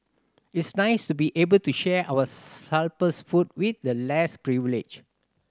it's nice to be able to share our surplus food with the less privileged